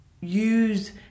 use